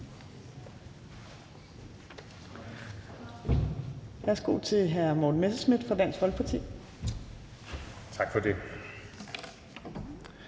Værsgo til hr. Morten Messerschmidt fra Dansk Folkeparti. Kl.